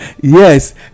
Yes